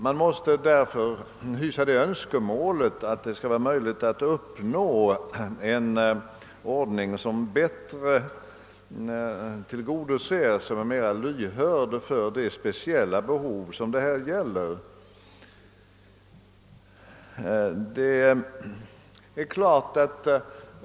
Man måste därför hysa den önskan att det skall bli möjligt att uppnå en ordning, som är mera lyhörd för de speciella behov som här föreligger.